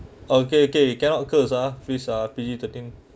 okay okay you cannot curse ah please ah pity the thing